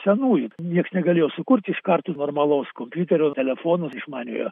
senųjų nieks negalėjo sukurti iš karto normalaus kompiuterio telefono išmaniojo